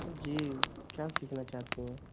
जी क्या सीखना चाहती हैं